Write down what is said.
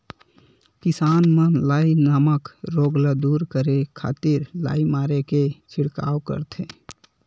किसान मन लाई नामक रोग ल दूर करे खातिर लाई मारे के छिड़काव करथे